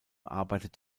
arbeitet